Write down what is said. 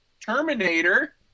Terminator